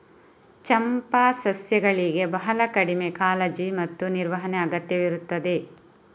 ಚಂಪಾ ಸಸ್ಯಗಳಿಗೆ ಬಹಳ ಕಡಿಮೆ ಕಾಳಜಿ ಮತ್ತು ನಿರ್ವಹಣೆ ಅಗತ್ಯವಿರುತ್ತದೆ